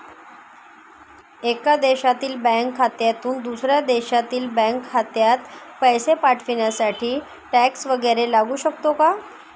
एका देशातील बँक खात्यातून दुसऱ्या देशातील बँक खात्यात पैसे पाठवण्यासाठी टॅक्स वैगरे लागू शकतो का?